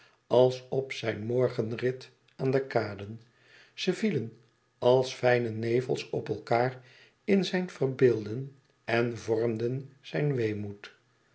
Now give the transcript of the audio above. als op zijn morgenrit aan de kaden ze vielen als fijne nevels op elkaâr in zijn verbeelden en vormden zijn weemoed